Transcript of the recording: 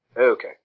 Okay